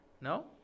No